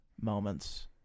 moments